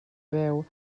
veu